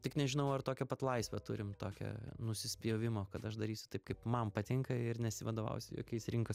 tik nežinau ar tokią pat laisvę turim tokią nusispjovimo kad aš darysiu taip kaip man patinka ir nesivadovausiu jokiais rinkos